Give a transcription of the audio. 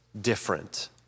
different